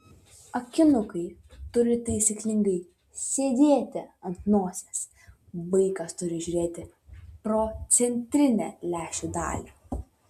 akinukai turi taisyklingai sėdėti ant nosies vaikas turi žiūrėti pro centrinę lęšių dalį